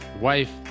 wife